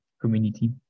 community